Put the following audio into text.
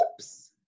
oops